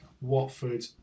Watford